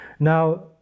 Now